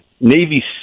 Navy